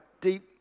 deep